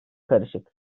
karışık